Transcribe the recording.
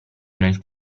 nel